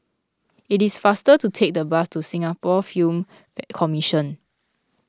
it is faster to take the bus to Singapore Film Commission